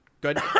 Good